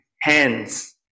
hands